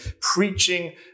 preaching